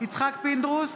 יצחק פינדרוס,